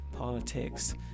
politics